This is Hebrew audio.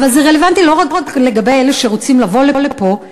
אבל זה רלוונטי לא רק לגבי אלה שרוצים לבוא לפה,